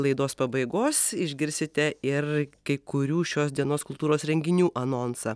laidos pabaigos išgirsite ir kai kurių šios dienos kultūros renginių anonsą